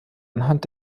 anhand